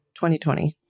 2020